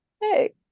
Hey